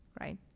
right